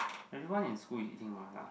everyone in school is eating Mala